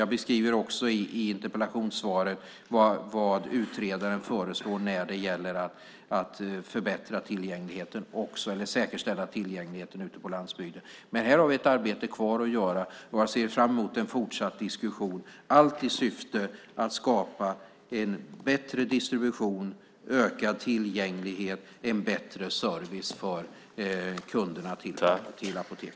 Jag beskriver också i interpellationssvaret vad utredaren föreslår när det gäller att säkerställa tillgängligheten ute på landsbygden. Men här har vi ett arbete kvar att göra. Jag ser fram emot en fortsatt diskussion, allt i syfte att skapa en bättre distribution, en ökad tillgänglighet och en bättre service för Apotekets kunder.